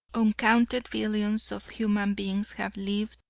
uncounted billions of human beings have lived,